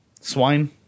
swine